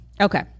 Okay